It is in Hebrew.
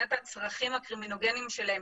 שמבחינת הצרכים הקרימינוגנים שלהם